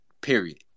period